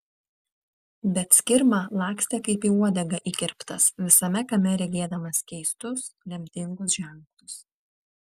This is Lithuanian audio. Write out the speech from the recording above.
bet skirma lakstė kaip į uodegą įkirptas visame kame regėdamas keistus lemtingus ženklus